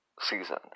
season